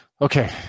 Okay